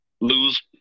lose